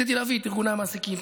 רציתי להביא את ארגוני המעסיקים,